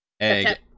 egg